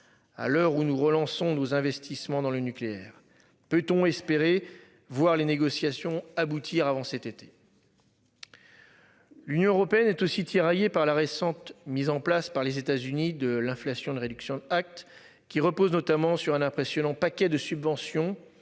À l'heure où nous relançons nos investissements dans le nucléaire. Peut-on espérer voir les négociations aboutir avant cet été. L'Union européenne est aussi tiraillée par la récente mise en place par les États-Unis de l'inflation réduction Act qui repose notamment sur un impressionnant paquet de subventions